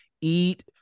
Eat